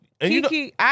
Kiki